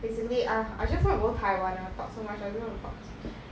basically ah I just want to go taiwan ah talk so much I don't want to talk